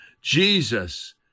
Jesus